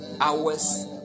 hours